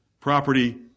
property